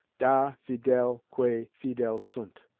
da fidel quae fidel sunt,